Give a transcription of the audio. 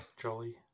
jolly